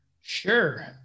Sure